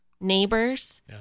neighbors